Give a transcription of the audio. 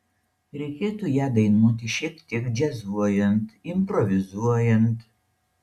reikėtų ją dainuoti šiek tiek džiazuojant improvizuojant